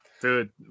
Dude